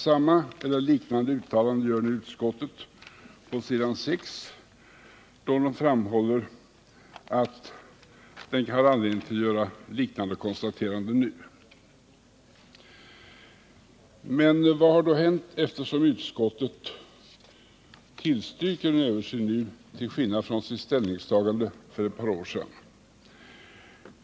Samma eller liknande uttalande gör nu utskottet på s. 6 i betänkandet, där det framhålls att utskottet har anledning att göra liknande konstaterande nu. Men vad har då hänt, eftersom utskottet nu tillstyrker en översyn till skillnad från sitt ställningstagande för ett par år sedan?